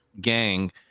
gang